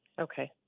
Okay